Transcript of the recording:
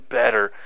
better